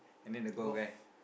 and then the